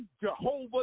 Jehovah